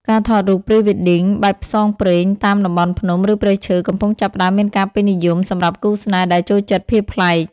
ការថតរូប Pre-wedding បែបផ្សងព្រេងតាមតំបន់ភ្នំ ឬព្រៃឈើ កំពុងចាប់ផ្ដើមមានការពេញនិយមសម្រាប់គូស្នេហ៍ដែលចូលចិត្តភាពប្លែក។